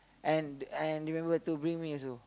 and and remember to bring me also